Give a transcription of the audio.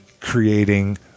creating